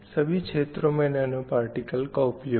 सभी क्षेत्रों में नैनो पार्टिकल का उपयोग है